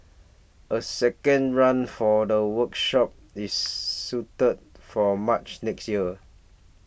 a second run for the workshop is suited for March next year